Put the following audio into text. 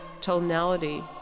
tonality